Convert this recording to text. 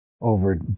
over